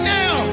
now